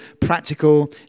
practical